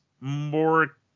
More